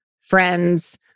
friends